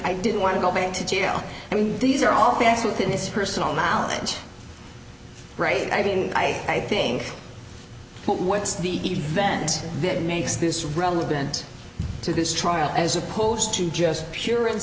i didn't want to go back to jail i mean these are all facts within this personal knowledge right i didn't i think but what's the event that makes this relevant to this trial as opposed to just pure and